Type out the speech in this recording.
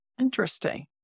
Interesting